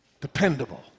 dependable